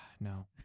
no